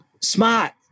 smart